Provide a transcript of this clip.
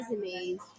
resumes